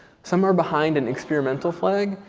some are behind in experimental flag.